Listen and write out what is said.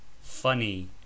Funny